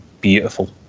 beautiful